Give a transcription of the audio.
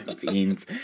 beans